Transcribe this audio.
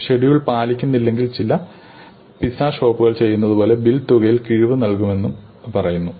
schedule പാലിക്കുന്നില്ലെങ്കിൽ ചില pizza ഷോപ്പുകൾ ചെയ്യുന്നതുപോലെ ബിൽ തുകയിൽ കിഴിവ് നൽകുമെന്നും അത് പറയുന്നു